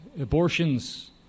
abortions